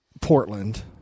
Portland